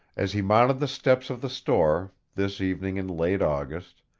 as he mounted the steps of the store, this evening in late august,